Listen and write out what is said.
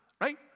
right